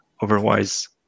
Otherwise